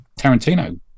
Tarantino